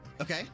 Okay